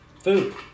food